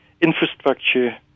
infrastructure